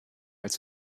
als